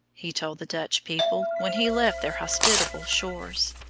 he told the dutch people when he left their hospitable shores.